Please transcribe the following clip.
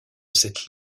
cette